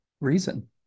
reason